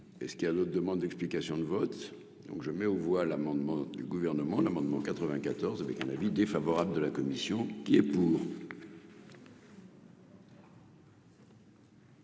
Et ce qu'il y a d'autres demandes d'explications de vote, donc je mets aux voix l'amendement du gouvernement, l'amendement 94 avec un avis défavorable de la commission qui est.